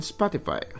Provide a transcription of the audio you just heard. Spotify